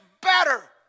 better